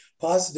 positive